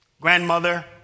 grandmother